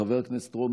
חבר הכנסת רון